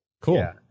Cool